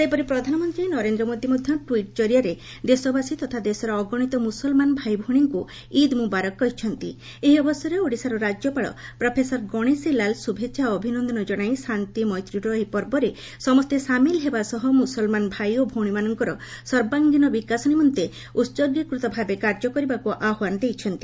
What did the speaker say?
ସେହିପରି ପ୍ରଧାନମନ୍ତୀ ନରେନ୍ଦ୍ର ମୋଦି ମଧ୍ଧ ଟ୍ୱିଟ୍ ଜରିଆରେ ଦେଶବାସୀ ତଥା ଦେଶର ଅଗଣିତ ମୁସଲମାନ ଭାଇଭଉଣୀଙ୍କୁ ଇଦ୍ ମୁବାରକ୍ କହିଚ୍ଚନ୍ତି ଏହି ଅବସରରେ ଓଡ଼ିଶା ରାକ୍ୟପାଳ ପ୍ରଫେସର ଗଣେଶୀ ଲାଲ୍ ଶୁଭେଛା ଓ ଅଭିନନ୍ଦନ ଜଣାଇ ଶାନ୍ଡି ମୈତ୍ରୀର ଏହି ପର୍ବରେ ସମସେ ସାମିଲ ହେବା ସହ ମୁସଲମାନ ଭାଇ ଓ ଭଉଶୀମାନଙ୍କର ସର୍ବାଙ୍ଗୀନ ବିକାଶ ନିମନ୍ତେ ଉସର୍ଗୀକୃତ ଭାବେ କାର୍ଯ୍ୟ କରିବାକୁ ଆହ୍ବାନ ଦେଇଛନ୍ତି